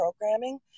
programming